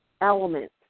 element